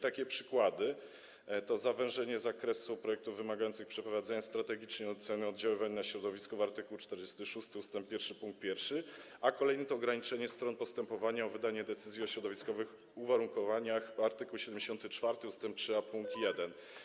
Takie przykłady to zawężenie zakresu projektów wymagających przeprowadzenia strategicznej oceny oddziaływania na środowisko - art. 46 ust. 1 pkt 1, a kolejny to ograniczenie liczby stron postępowania o wydanie decyzji o środowiskowych uwarunkowaniach - art. 74 ust. 3a pkt 1.